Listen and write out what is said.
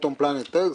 Not On Planet Earth.